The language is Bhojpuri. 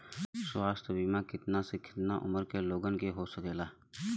स्वास्थ्य बीमा कितना से कितना उमर के लोगन के हो सकेला?